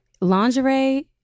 Lingerie